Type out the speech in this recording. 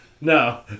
No